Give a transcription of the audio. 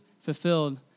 fulfilled